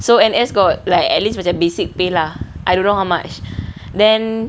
so N_S got like at least macam basic pay lah I don't know how much then